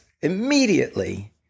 immediately